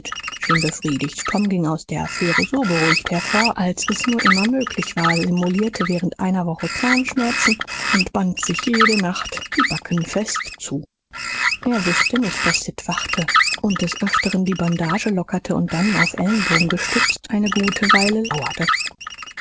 schien befriedigt tom ging aus der affäre so beruhigt hervor als es nur immer möglich war simulierte während einer woche zahnschmerzen und band sich jede nacht die backen fest zu er wußte nicht daß sid wachte und des öfteren die bandage lockerte und dann auf den ellbogen gestützt eine gute weile lauerte